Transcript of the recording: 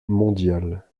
mondial